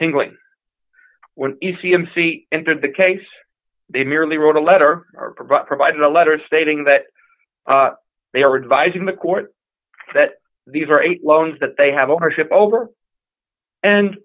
tingling when you see him see enter the case they merely wrote a letter provided a letter stating that they are advising the court that these are eight loans that they have ownership over and